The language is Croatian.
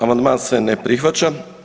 Amandman se ne prihvaća.